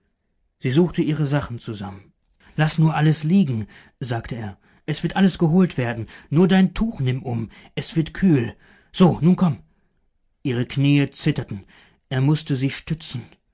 sie suchte ihre sachen zusammen laß nur alles liegen sagte er es wird alles geholt werden nur dein tuch nimm um es wird kühl so nun komm ihre knie zitterten er mußte sie stützen